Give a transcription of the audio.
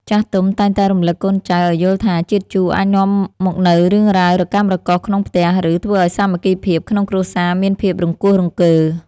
ចាស់ទុំតែងតែរំលឹកកូនចៅឱ្យយល់ថាជាតិជូរអាចនាំមកនូវរឿងរ៉ាវរកាំរកូសក្នុងផ្ទះ ឬ ធ្វើឱ្យសាមគ្គីភាពក្នុងគ្រួសារមានភាពរង្គោះរង្គើ។